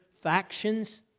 factions